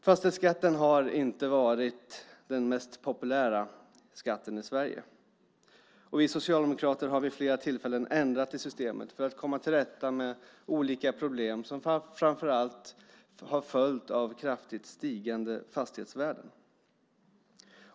Fastighetsskatten har inte varit den mest populära skatten i Sverige. Vi socialdemokrater har vid flera tillfällen ändrat i systemet för att komma till rätta med olika problem som framför allt har följt av kraftigt stigande fastighetsvärden.